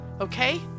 okay